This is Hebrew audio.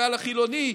לקהל החילוני,